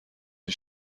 این